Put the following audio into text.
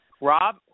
Rob